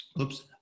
oops